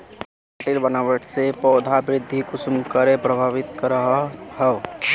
माटिर बनावट से पौधा वृद्धि कुसम करे प्रभावित करो हो?